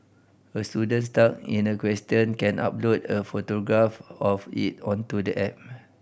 a student stuck in a question can upload a photograph of it onto the app